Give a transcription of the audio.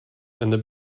and